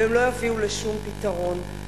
ולא יביאו לשום פתרון.